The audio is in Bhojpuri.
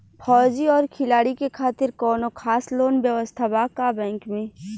फौजी और खिलाड़ी के खातिर कौनो खास लोन व्यवस्था बा का बैंक में?